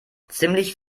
ziemlich